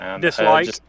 Dislike